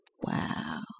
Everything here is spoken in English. Wow